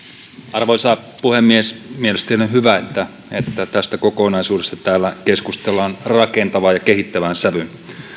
arvoisa puhemies mielestäni on hyvä että että tästä kokonaisuudesta täällä keskustellaan rakentavaan ja kehittävään sävyyn